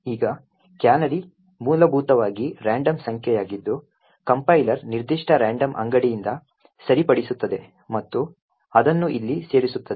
ಈಗ ಕ್ಯಾನರಿ ಮೂಲಭೂತವಾಗಿ ರಾಂಡಮ್ ಸಂಖ್ಯೆಯಾಗಿದ್ದು ಕಂಪೈಲರ್ ನಿರ್ದಿಷ್ಟ ರ್ಯಾಂಡಮ್ ಅಂಗಡಿಯಿಂದ ಸರಿಪಡಿಸುತ್ತದೆ ಮತ್ತು ಅದನ್ನು ಇಲ್ಲಿ ಸೇರಿಸುತ್ತದೆ